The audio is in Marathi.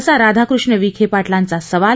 असा राधाकृष्ण विखे पाटलांचा सवाल